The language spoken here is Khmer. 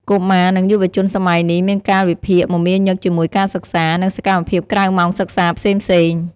កុមារ និងយុវជនសម័យនេះមានកាលវិភាគមមាញឹកជាមួយការសិក្សា និងសកម្មភាពក្រៅម៉ោងសិក្សាផ្សេងៗ។